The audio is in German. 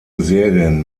serien